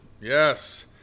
yes